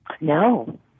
No